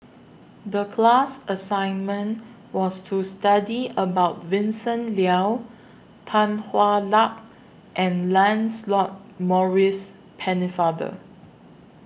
The class assignment was to study about Vincent Leow Tan Hwa Luck and Lancelot Maurice Pennefather